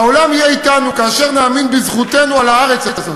העולם יהיה אתנו כאשר נאמין בזכותנו על הארץ הזאת,